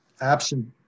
absent